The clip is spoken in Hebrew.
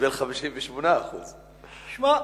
וקיבל 58%. זה בחירות אזוריות, אז, שמע,